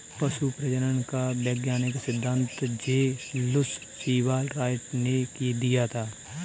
पशु प्रजनन का वैज्ञानिक सिद्धांत जे लुश सीवाल राइट ने दिया था